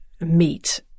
meat